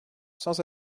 sans